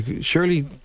surely